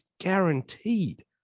guaranteed